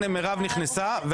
מירב נכנסה.